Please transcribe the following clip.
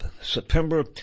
September